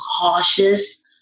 cautious